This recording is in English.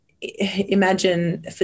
imagine